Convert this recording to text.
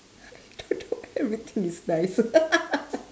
I don't think everything is nice